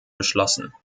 beschlossen